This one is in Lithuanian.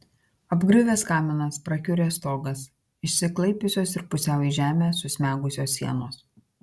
apgriuvęs kaminas prakiuręs stogas išsiklaipiusios ir pusiau į žemę susmegusios sienos